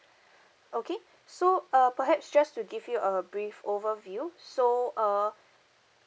okay so uh perhaps just to give you a brief overview so uh